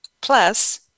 plus